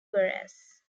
varese